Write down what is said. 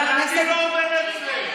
אני לא עובד אצלך.